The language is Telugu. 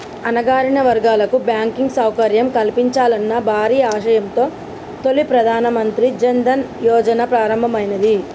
అణగారిన వర్గాలకు బ్యాంకింగ్ సౌకర్యం కల్పించాలన్న భారీ ఆశయంతో ప్రధాన మంత్రి జన్ ధన్ యోజన ప్రారంభమైనాది